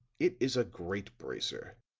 it is a greater bracer.